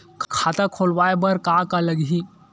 खाता खुलवाय बर का का लगही?